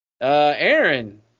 Aaron